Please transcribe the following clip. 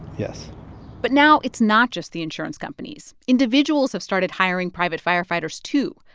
yes but now it's not just the insurance companies individuals have started hiring private firefighters, too.